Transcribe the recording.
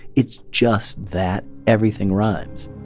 it's just that everything rhymes